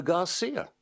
Garcia